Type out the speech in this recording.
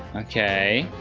okay.